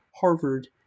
Harvard